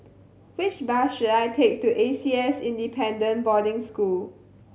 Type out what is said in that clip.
which bus should I take to A C S Independent Boarding School